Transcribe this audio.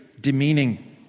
demeaning